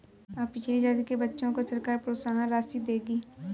अब पिछड़ी जाति के बच्चों को सरकार प्रोत्साहन राशि देगी